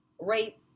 rape